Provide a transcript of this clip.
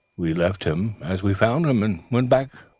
we left him as we found him, and went back.